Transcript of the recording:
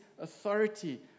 authority